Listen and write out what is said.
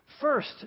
First